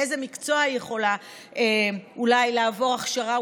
באיזה מקצוע היא יכולה אולי לעבור הכשרה,